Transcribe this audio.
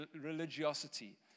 religiosity